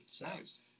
nice